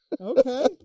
Okay